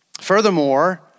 Furthermore